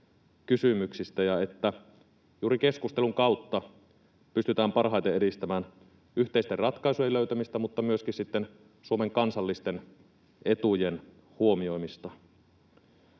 kysymyksistä ja että juuri keskustelun kautta pystytään parhaiten edistämään yhteisten ratkaisujen löytämistä mutta myöskin Suomen kansallisten etujen huomioimista.